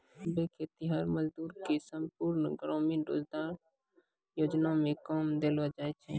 सभै खेतीहर मजदूर के संपूर्ण ग्रामीण रोजगार योजना मे काम देलो जाय छै